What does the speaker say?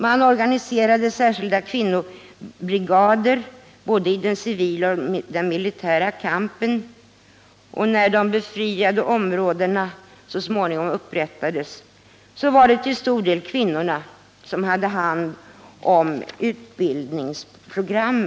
Man organiserade särskilda kvinnobrigader, både i den civila och i den militära kampen, och när de befriade områdena så småningom upprättades var det till stor del kvinnorna som hade hand om utbildningsprogrammet.